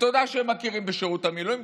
ותודה שהם מכירים בשירות המילואים.